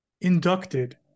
inducted